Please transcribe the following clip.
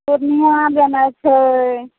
पूर्णिया जेनाइ छै